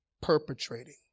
perpetrating